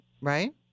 right